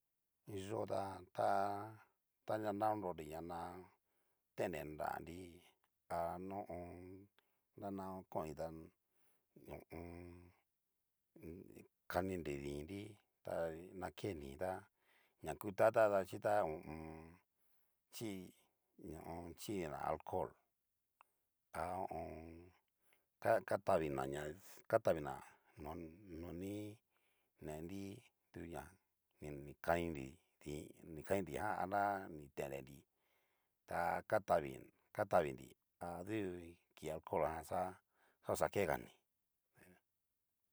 Nyó ta tá tanaguan ña konrori ña na tendre nranri a ho o on.